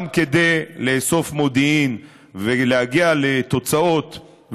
גם כדי לאסוף מודיעין ולהגיע לתוצאות,